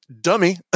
Dummy